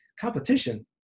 competition